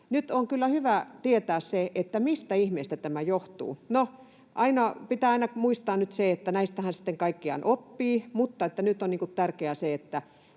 kyllä hyvä tietää se, mistä ihmeestä tämä johtuu. No, pitää aina muistaa se, että näistähän sitten kaikkiaan oppii, mutta nyt on tärkeää se,